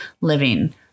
living